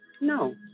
No